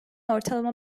ortalama